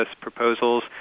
proposals